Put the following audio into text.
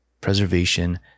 preservation